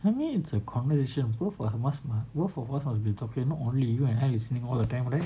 I mean it's a conversation both are must mah both are worth uh what are you talking only you and I listening all the time already